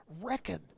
reckon